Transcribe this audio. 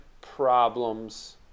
problems